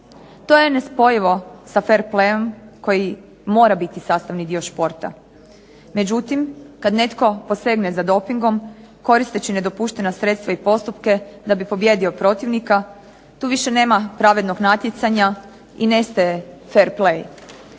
To je nespojivo sa fer playem koji mora biti sastavni dio športa. Međutim, kad netko posegne za dopingom koristeći nedopuštena sredstva i postupke da bi pobijedio protivnika tu više nema pravednog natjecanja i nestaje fer play.